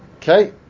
Okay